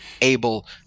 able